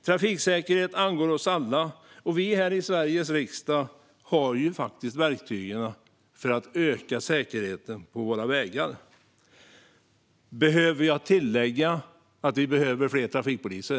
Trafiksäkerhet angår oss alla, och vi här i Sveriges riksdag har verktygen för att öka säkerheten på våra vägar. Behöver jag tillägga att vi behöver fler trafikpoliser?